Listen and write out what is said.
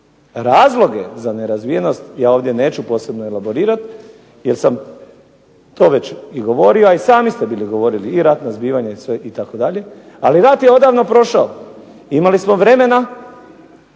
Razloge za nerazvijenost ja ovdje neću posebno elaborirati, jer sam to već bio govorio, a i sami ste govorili, i ratna zbivanja i sve itd., ali rat je odavno prošao. Imali smo vremena